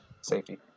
safety